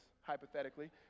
hypothetically